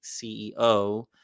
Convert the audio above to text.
CEO